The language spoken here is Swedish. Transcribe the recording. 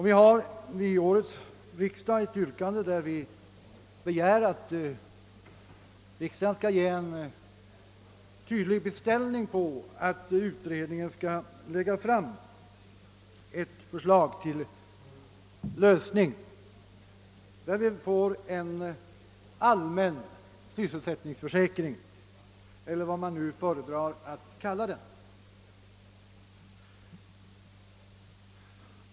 Vi har vid årets riksdag begärt att riksdagen skall ge en tydlig beställning på att utredningen skall lägga fram ett förslag till lösning av frågan om en allmän sysselsättningsförsäkring, eller vad man nu föredrar att kalla den.